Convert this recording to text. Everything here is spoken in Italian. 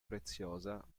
preziosa